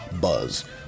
buzz